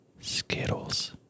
skittles